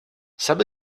some